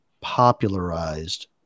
popularized